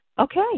okay